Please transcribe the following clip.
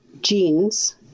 jeans